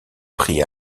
prit